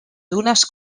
dunes